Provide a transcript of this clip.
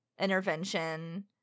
intervention